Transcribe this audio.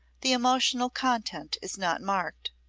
the emotional content is not marked.